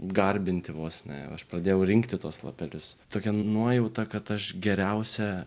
garbinti vos ne aš pradėjau rinkti tuos lapelius tokia nuojauta kad aš geriausią